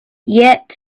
yet